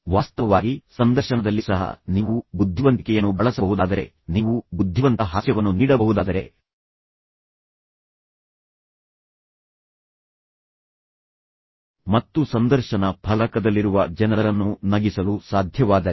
ವಾಸ್ತವವಾಗಿ ಸಂದರ್ಶನದಲ್ಲಿ ಸಹ ನೀವು ಬುದ್ಧಿವಂತಿಕೆಯನ್ನು ಬಳಸಬಹುದಾದರೆ ನೀವು ಬುದ್ಧಿವಂತ ಹಾಸ್ಯವನ್ನು ನೀಡಬಹುದಾದರೆ ಮತ್ತು ಸಂದರ್ಶನ ಫಲಕದಲ್ಲಿರುವ ಜನರನ್ನು ನಗಿಸಲು ಸಾಧ್ಯವಾದರೆ